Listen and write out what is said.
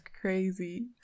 crazy